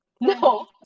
No